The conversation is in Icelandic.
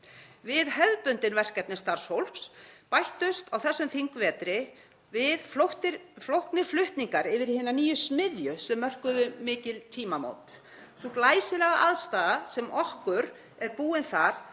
Við hefðbundin verkefni starfsfólks bættust á þessum þingvetri flóknir flutningar yfir í hina nýju Smiðju sem mörkuðu mikil tímamót. Sú glæsilega aðstaða sem okkur er búin þar